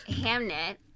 Hamnet